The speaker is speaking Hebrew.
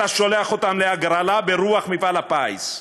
אתה שולח אותם להגרלה ברוח מפעל הפיס.